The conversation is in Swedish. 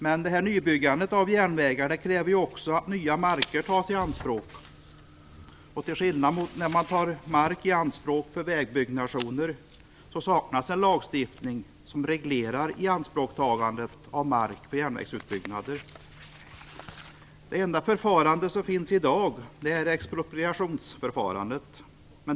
Men nybyggandet av järnväg kräver också att nya marker tas i anspråk. Till skillnad mot när man tar mark i anspråk för vägbyggnationer saknas en lagstiftning som reglerar ianspråktagandet av mark för järnvägsutbyggnader. Det enda förfarande som finns i dag är expropriationsförfarandet.